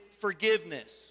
forgiveness